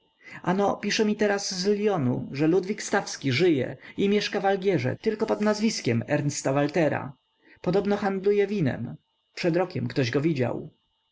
no pisze mi teraz z lyonu że ludwik stawski żyje i mieszka w algierze tylko pod nazwiskiem ernesta waltera podobno handluje winem przed rokiem ktoś go widział